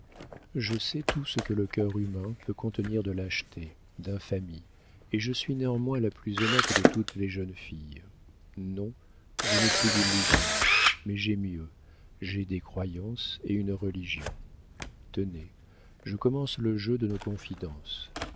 je sais tout ce que le cœur humain peut contenir de lâchetés d'infamies et je suis néanmoins la plus honnête de toutes les jeunes filles non je n'ai plus d'illusions mais j'ai mieux j'ai des croyances et une religion tenez je commence le jeu de nos confidences